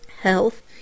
health